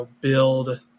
build